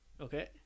Okay